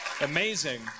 Amazing